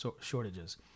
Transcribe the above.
shortages